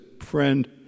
friend